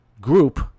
group